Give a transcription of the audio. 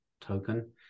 token